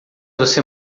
você